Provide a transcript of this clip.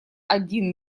один